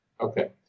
Okay